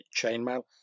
chainmail